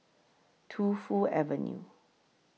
Tu Fu Avenue